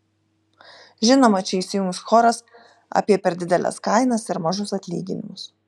žinoma čia įsijungs choras apie per dideles kainas ir mažus atlyginimus